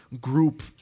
group